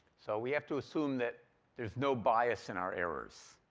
so we have to assume that there's no bias in our errors.